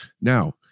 Now